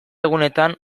egunetan